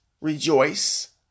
rejoice